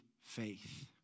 faith